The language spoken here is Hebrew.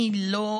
אני לא,